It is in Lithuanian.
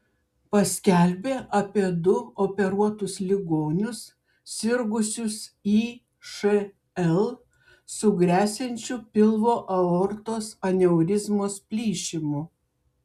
paskelbė apie du operuotus ligonius sirgusius išl su gresiančiu pilvo aortos aneurizmos plyšimu